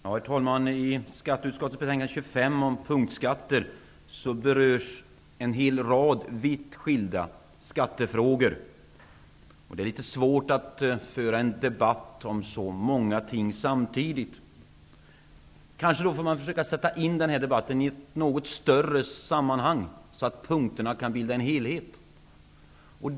Herr talman! I skatteutskottets betänkande 25 om punktskatter berörs en hel rad vitt skilda skattefrågor, och det är litet svårt att föra en debatt om så många ting samtidigt. Kanske får man försöka sätta in debatten i ett något större sammanhang, så att punkterna kan bilda en helhet.